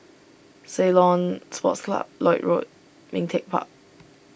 Ceylon Sports Club Lloyd Road Ming Teck Park